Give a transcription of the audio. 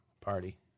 Party